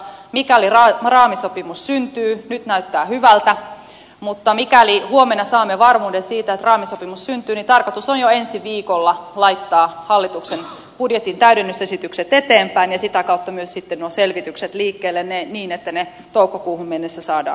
mikäli raamisopimus syntyy nyt näyttää hyvältä mutta mikäli huomenna saamme varmuuden siitä että raamisopimus syntyy niin tarkoitus on jo ensi viikolla laittaa hallituksen budjetin täydennysesitykset eteenpäin ja sitä kautta myös sitten nuo selvitykset liikkeelle niin että ne toukokuuhun mennessä saadaan valmiiksi